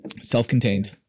Self-contained